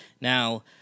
Now